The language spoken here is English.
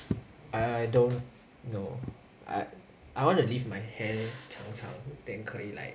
I don't know I I want to leave my hair 长长 then 可以 like